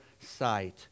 sight